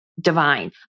divine